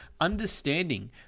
understanding